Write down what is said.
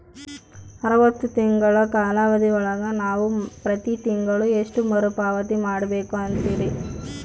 ಅರವತ್ತು ತಿಂಗಳ ಕಾಲಾವಧಿ ಒಳಗ ನಾವು ಪ್ರತಿ ತಿಂಗಳು ಎಷ್ಟು ಮರುಪಾವತಿ ಮಾಡಬೇಕು ಅಂತೇರಿ?